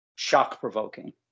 shock-provoking